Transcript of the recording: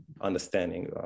understanding